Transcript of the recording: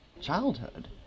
childhood